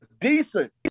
decent